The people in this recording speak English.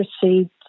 proceed